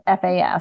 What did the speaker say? FAS